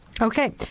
Okay